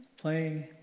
playing